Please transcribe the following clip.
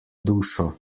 dušo